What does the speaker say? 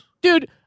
Dude